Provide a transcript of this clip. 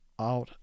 out